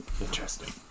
Interesting